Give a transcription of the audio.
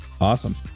awesome